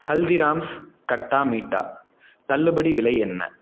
ஹல்திராம்ஸ் கட்டா மீட்டா தள்ளுபடி விலை என்ன